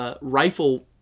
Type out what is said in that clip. rifle